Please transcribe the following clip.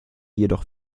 jedoch